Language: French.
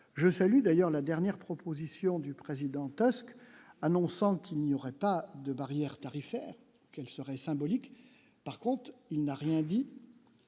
je salue d'ailleurs la dernière proposition du président task. Annonçant qu'il n'y aurait pas de barrières tarifaires quelle serait symbolique, par contre, il n'a rien dit